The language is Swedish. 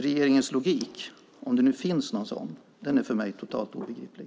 Regeringens logik, om det nu finns någon sådan, är för mig totalt obegriplig.